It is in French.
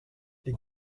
les